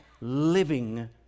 living